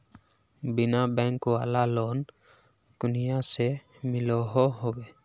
बिना बैंक वाला लोन कुनियाँ से मिलोहो होबे?